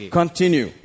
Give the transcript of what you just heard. continue